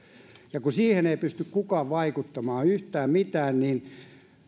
ja kun siihen ei pysty kukaan vaikuttamaan yhtään mitään niin